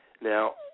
Now